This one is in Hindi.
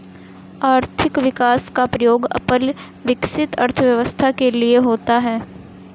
आर्थिक विकास का प्रयोग अल्प विकसित अर्थव्यवस्था के लिए होता है